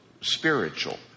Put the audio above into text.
spiritual